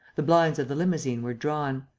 the blinds of the limousine were drawn.